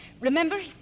Remember